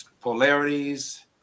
polarities